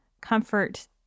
comfort